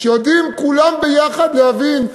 שיודעים כולם ביחד להבין,